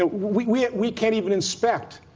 ah we we can't even inspect.